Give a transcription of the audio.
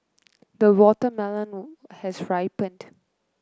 the watermelon has ripened